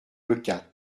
leucate